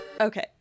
Okay